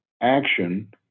action